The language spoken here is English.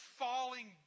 falling